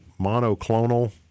monoclonal